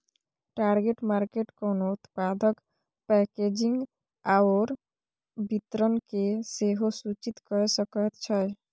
target market कोनो उत्पादक packaging आओर वितरणकेँ सेहो सूचित कए सकैत छै